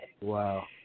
Wow